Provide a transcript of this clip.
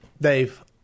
Dave